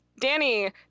Danny